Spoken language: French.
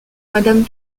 madame